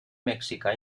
mexicà